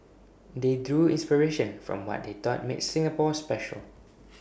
they drew inspiration from what they thought made Singapore special